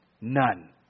None